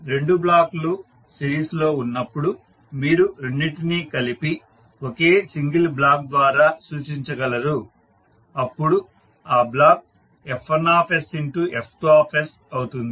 రెండు బ్లాక్లు సిరీస్లో ఉన్నప్పుడు మీరు రెండింటినీ కలిపి ఒకే సింగిల్ బ్లాక్ ద్వారా సూచించగలరు అప్పుడు ఆ బ్లాక్ F1sF2 అవుతుంది